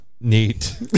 Neat